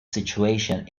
situation